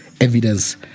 evidence